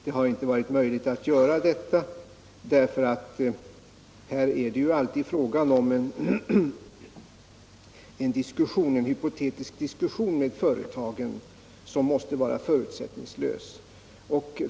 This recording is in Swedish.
Det har inte varit möjligt att göra en sådan, eftersom det alltid måste vara fråga om en förutsättningslös och hypotetisk diskussion med företaget.